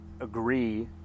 agree